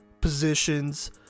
positions